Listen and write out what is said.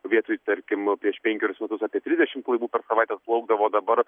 vietoj tarkim prieš penkerius metus apie trisdešimt laivų per savaitę atplaukdavo dabar